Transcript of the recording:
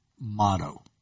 motto